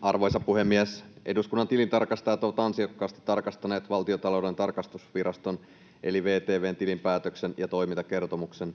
Arvoisa puhemies! Eduskunnan tilintarkastajat ovat ansiokkaasti tarkastaneet Valtiontalouden tarkastusviraston eli VTV:n tilinpäätöksen ja toimintakertomuksen.